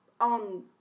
on